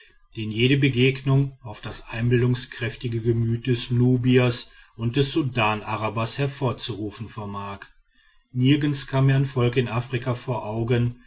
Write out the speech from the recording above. den jede begegnung auf das einbildungskräftige gemüt des nubiers und sudanarabers hervorzurufen vermag nirgends kam mir ein volk in afrika vor augen